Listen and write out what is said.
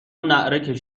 ﺷﯿﺮﺍﻥ